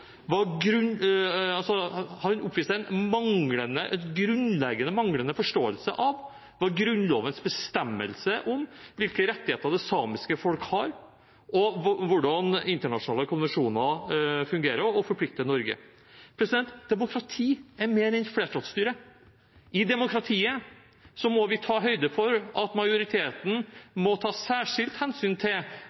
Grunnlovens bestemmelser om hvilke rettigheter det samiske folket har, og hvordan internasjonale konvensjoner fungerer og forplikter Norge. Demokrati er mer enn flertallsstyre. I demokratiet må vi ta høyde for at majoriteten må ta særskilt hensyn til